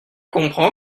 comprends